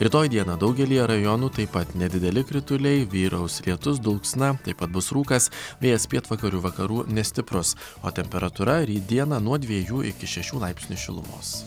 rytoj dieną daugelyje rajonų taip pat nedideli krituliai vyraus lietus dulksna taip pat bus rūkas vėjas pietvakarių vakarų nestiprus o temperatūra ryt dieną nuo dviejų iki šešių laipsnių šilumos